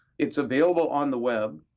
it's available on the web.